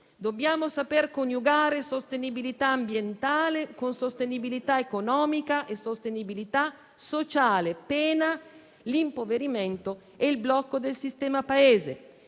dobbiamo saper coniugare sostenibilità ambientale, sostenibilità economica e sostenibilità sociale, pena l'impoverimento e il blocco del sistema Paese.